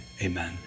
Amen